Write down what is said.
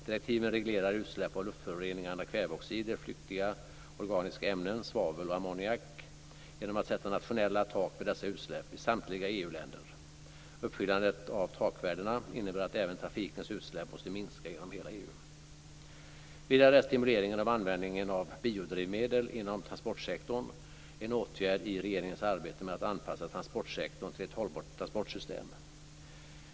Direktiven reglerar utsläpp av luftföroreningarna kväveoxider, flyktiga organiska ämnen, svavel och ammoniak genom att sätta nationella tak för dessa utsläpp i samtliga EU-länder. Uppfyllande av takvärdena innebär att även trafikens utsläpp måste minska inom hela EU. Vidare är stimuleringen av användningen av biodrivmedel inom transportsektorn en åtgärd i regeringens arbete med att anpassa transportsektorn till ett hållbart transportsystem.